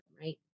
right